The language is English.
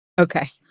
Okay